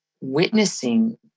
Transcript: witnessing